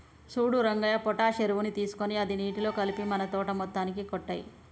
సూడు రంగయ్య పొటాష్ ఎరువుని తీసుకొని అది నీటిలో కలిపి మన తోట మొత్తానికి కొట్టేయి